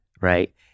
right